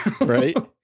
right